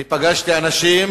פגשתי אנשים